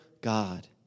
God